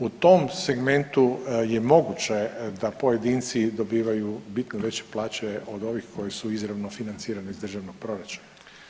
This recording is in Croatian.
U tom segmentu je moguće da pojedinci dobivaju bitno veće plaće od ovih koji su izravno financirani iz državnog proračuna.